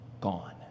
gone